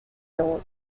zéro